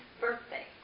birthday